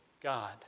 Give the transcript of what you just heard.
God